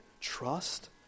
trust